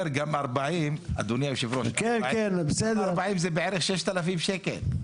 אני אומר שגם ארבעים זה בערך ששת אלפים שקל.